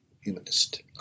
humanist